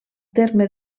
terme